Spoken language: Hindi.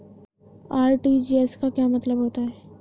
आर.टी.जी.एस का क्या मतलब होता है?